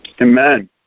Amen